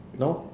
you know